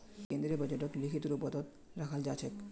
केन्द्रीय बजटक लिखित रूपतत रखाल जा छेक